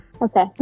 Okay